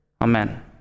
Amen